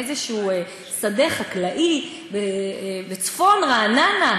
באיזשהו שדה חקלאי בצפון רעננה,